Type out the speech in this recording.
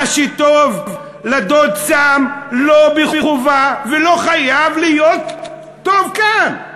מה שטוב לדוד סם לא חייב להיות טוב כאן.